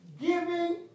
giving